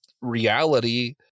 reality